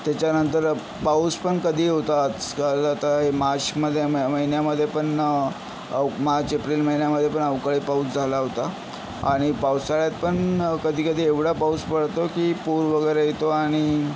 त्याच्यानंतर पाऊस पण कधीही होतात स्कल आता मार्शमध्ये मं महिन्यामध्येपण मार्च एप्रिल महिन्यामधे पण अवकाळी पाऊस झाला होता आणि पावसाळ्यात पण कधीकधी एवढा पाऊस पडतो की पूर वगैरे येतो आणि